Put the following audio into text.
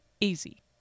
Easy